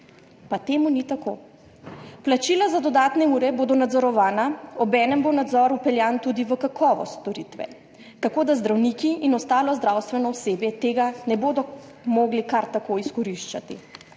Pa to ni tako. Plačila za dodatne ure bodo nadzorovana, obenem bo nadzor vpeljan tudi za kakovost storitve, tako da zdravniki in ostalo zdravstveno osebje tega ne bodo mogli kar tako izkoriščati.